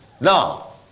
No